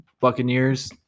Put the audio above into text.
Buccaneers